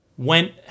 went